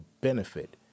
benefit